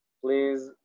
please